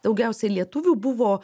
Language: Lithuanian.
daugiausia lietuvių buvo